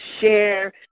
share